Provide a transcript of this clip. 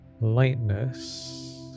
lightness